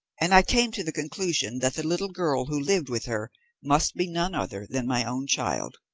and i came to the conclusion that the little girl who lived with her must be none other than my own child.